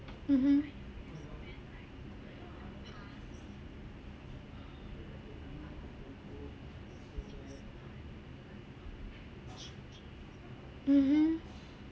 mmhmm mmhmm